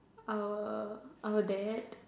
our our dad